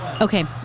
Okay